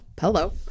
Hello